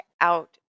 out